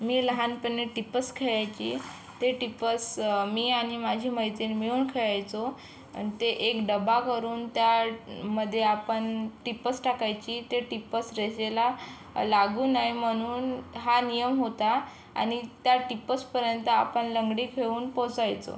मी लहानपणे टिप्पस खेळायची ते टिप्पस मी आणि माझी मैत्रीण मिळून खेळायचो आणि ते एक डब्बा करून त्यामध्ये आपण टिप्पस टाकायची ते टिप्पस रेषेला लागू नये म्हणून हा नियम होता आणि त्या टिप्पसपर्यंत आपण लंगडी खेळून पोसायचं